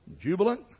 jubilant